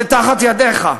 זה תחת ידיך.